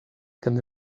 can